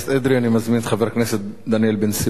אני מזמין את חבר הכנסת דניאל בן-סימון.